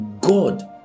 God